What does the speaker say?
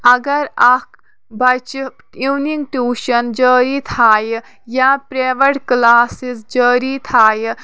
اگر اَکھ بَچہِ اِونِنٛگ ٹیوٗشَن جٲری تھَایہِ یا پرٛیویٹ کلاسٕز جٲری تھَایہِ